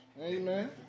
amen